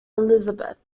elisabeth